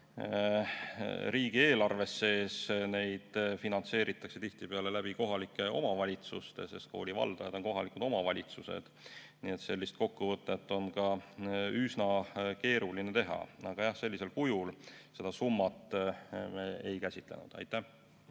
riigieelarves sees, neid finantseeritakse tihtipeale kohalike omavalitsuste kaudu, sest kooli valdajad on kohalikud omavalitsused. Nii et sellist kokkuvõtet on üsna keeruline teha, aga jah, sellisel kujul seda summat me ei käsitlenud. Aitäh!